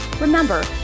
Remember